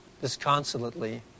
disconsolately